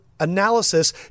analysis